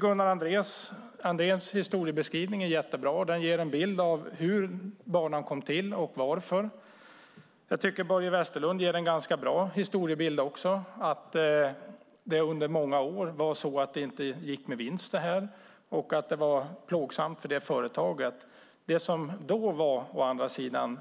Gunnar Andréns historiebeskrivning är mycket bra. Den ger en bild av hur banan kom till och varför. Också Börje Vestlund ger en ganska bra historiebild. Under många år gick banan inte med vinst, och det var plågsamt för företaget. Å andra sidan